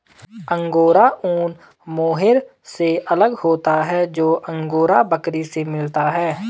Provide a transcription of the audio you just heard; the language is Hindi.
अंगोरा ऊन मोहैर से अलग होता है जो अंगोरा बकरी से मिलता है